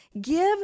Give